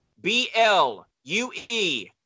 B-L-U-E